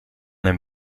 hem